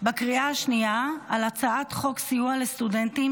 בקריאה השנייה על הצעת חוק סיוע לסטודנטים